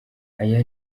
aya